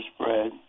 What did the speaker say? spread